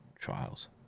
trials